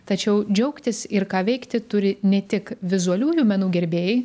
tačiau džiaugtis ir ką veikti turi ne tik vizualiųjų menų gerbėjai